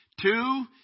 Two